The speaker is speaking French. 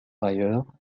ailleurs